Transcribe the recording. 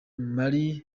mariah